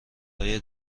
های